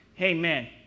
Amen